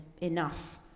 enough